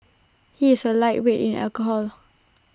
he is A lightweight in alcohol